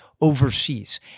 overseas